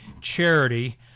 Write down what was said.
charity